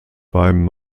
beim